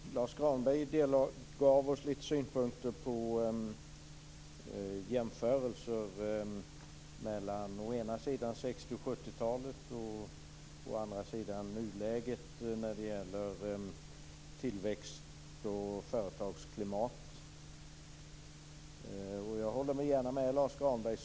Herr talman! Lars Granberg delgav oss en del synpunkter på jämförelser mellan å ena sidan 60 och 70-talen och å andra sidan nuläget när det gäller tillväxt och företagsklimat. Så långt håller jag gärna med Lars Granberg.